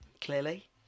clearly